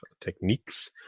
techniques